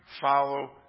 follow